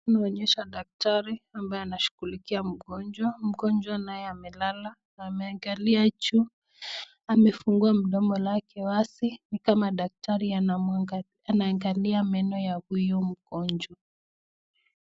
Inaonyesha daktari ambaye anashughulikia mgonjwa, mgonjwa naye amelala ameangalia juu, amefungua mdomo lake wazi, ni kama daktari anaangalia meno ya huyo mgonjwa.